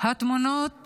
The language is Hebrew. התמונות